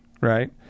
right